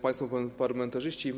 Państwo Parlamentarzyści!